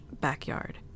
backyard